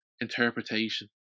interpretation